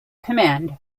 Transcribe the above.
command